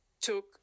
took